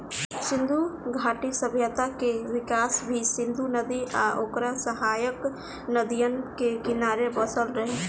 सिंधु घाटी सभ्यता के विकास भी सिंधु नदी आ ओकर सहायक नदियन के किनारे बसल रहे